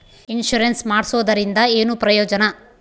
Insurance ಮಾಡ್ಸೋದರಿಂದ ಏನು ಪ್ರಯೋಜನ?